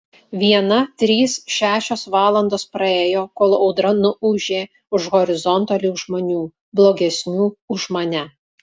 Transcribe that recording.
viena trys šešios valandos praėjo kol audra nuūžė už horizonto link žmonių blogesnių už mane